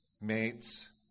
mates